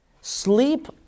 sleep